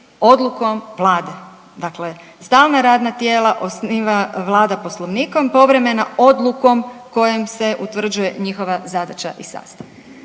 odlukom Vlade. Dakle, stalna radna tijela osniva Vlada Poslovnikom povremeno odlukom kojom se utvrđuje njezina zadaća i sastav.